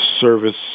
service